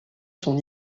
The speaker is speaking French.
son